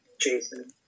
Jason